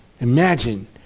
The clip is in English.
Imagine